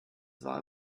war